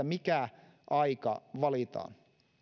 mikä aika valitaan